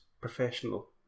professional